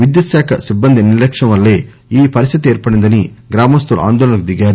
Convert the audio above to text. విద్యుత్ శాఖ సిబ్బంది నిర్లక్ష్యం వల్లో ఈ పరిస్దితి ఏర్పడిందని గ్రామస్తులు ఆందోళనకు దిగారు